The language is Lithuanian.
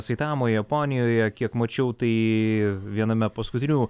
saitamo japonijoje kiek mačiau tai viename paskutinių